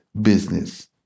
business